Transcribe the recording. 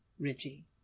Ritchie